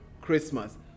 Christmas